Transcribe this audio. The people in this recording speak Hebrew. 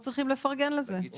למה אנחנו לא צריכים לפרגן לזה, שי?